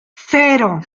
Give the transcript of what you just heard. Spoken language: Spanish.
cero